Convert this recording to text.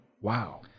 wow